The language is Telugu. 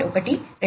1 2